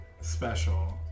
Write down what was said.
special